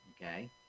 Okay